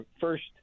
first